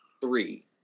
three